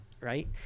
right